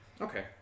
Okay